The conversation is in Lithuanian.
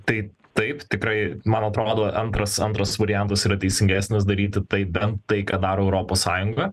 taip taip tikrai man atrodo antras antras variantas yra teisingesnis daryti taip bent tai ką daro europos sąjunga